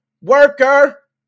worker